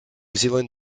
zealand